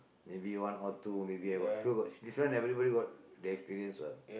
maybe one or two maybe I got this one everybody got the experience what